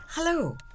Hello